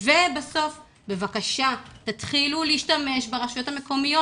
ובסוף, בבקשה תתחילו להשתמש ברשויות המקומיות.